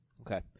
Okay